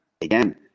again